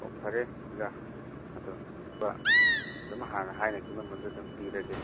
ꯑꯣ ꯐꯔꯦ ꯑꯣꯖꯥ ꯑꯗꯣ ꯑꯗꯨꯝ ꯍꯥꯟꯅ ꯍꯥꯏꯅꯈꯤꯕ ꯃꯃꯟꯗꯨ ꯑꯗꯨꯝ ꯄꯤꯔꯒꯦ